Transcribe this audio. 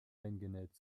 eingenäht